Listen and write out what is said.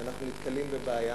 כשאנחנו נתקלים בבעיה,